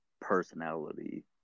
personality